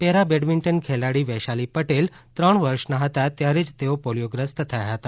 para badminton ખિલાડી વૈશાલી પટેલ ત્રણ વર્ષના હતા ત્યારે જ તેઓ પોલિયોગ્રસ્ત હતા